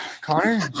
Connor